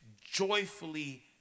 joyfully